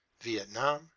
Vietnam